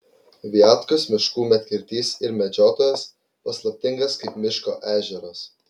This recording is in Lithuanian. viatkos miškų medkirtys ir medžiotojas paslaptingas kaip miško ežeras